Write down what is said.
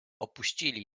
opuścili